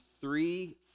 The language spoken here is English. three